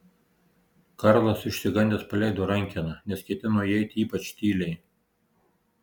karlas išsigandęs paleido rankeną nes ketino įeiti ypač tyliai